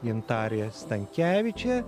gintarė stankevičė